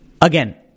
again